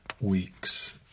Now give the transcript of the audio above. week's